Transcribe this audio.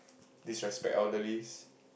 disrespect elderlies